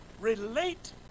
relate